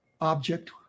object